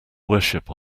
worship